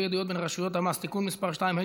ידיעות בין רשויות המס) (תיקון מס' 2),